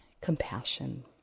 compassion